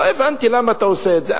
לא הבנתי למה אתה עושה את זה,